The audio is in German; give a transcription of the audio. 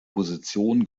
position